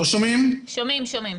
שלום,